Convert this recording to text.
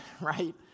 right